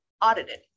audited